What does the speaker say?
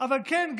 אבל כן,